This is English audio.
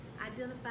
identify